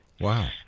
Wow